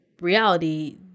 reality